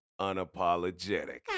unapologetic